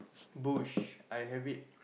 bush I have it